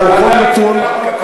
אני מברך על כל נתון חיובי.